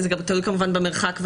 כמובן זה תלוי במרחק ובמיידיות,